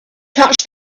touched